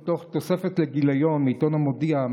מתוך תוספת לגיליון מעיתון המודיע.